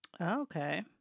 Okay